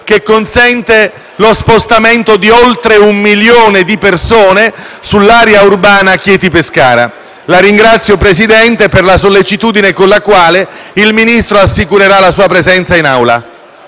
che consentirebbe lo spostamento di oltre un milione di persone sull'area urbana Chieti-Pescara. La ringrazio, signor Presidente, per la sollecitudine con la quale il Ministro assicurerà la sua presenza in Aula.